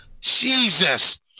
Jesus